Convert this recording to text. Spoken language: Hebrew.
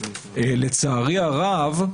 לצערי הרב,